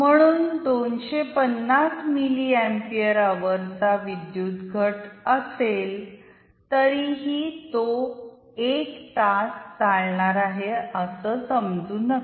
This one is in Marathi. म्हणून २५० मिलीअँपीयर अवरचा विद्युत घट असेल तरीही तो एक तास चालणार आहे असं समजू नका